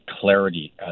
clarity